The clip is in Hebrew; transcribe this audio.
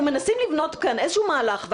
אנחנו מנסים לבנות כאן איזשהו מהלך.